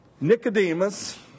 Nicodemus